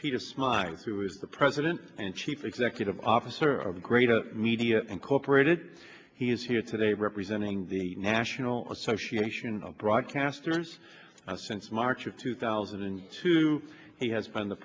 peter smiles who is the president and chief executive officer of greater media incorporated he is here today representing the national association of broadcasters since march of two thousand and two he has been the